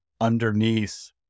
underneath